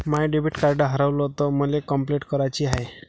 माय debit card हारवल तर मले कंपलेंट कराची हाय